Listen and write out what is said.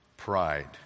pride